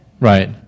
Right